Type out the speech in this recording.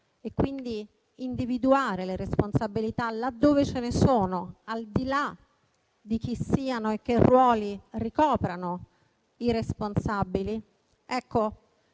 posto, individuando le responsabilità là dove ce ne sono, al di là di chi siano e che ruoli ricoprano i responsabili,